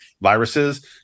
viruses